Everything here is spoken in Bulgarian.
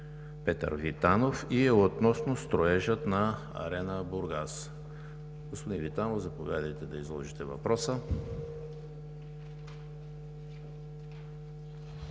Петър Витанов относно строежа на „Арена Бургас“. Господин Витанов, заповядайте да изложите въпроса.